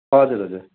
हजुर हजुर